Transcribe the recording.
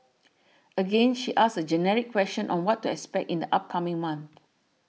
again she asks a generic question on what to expect in the upcoming month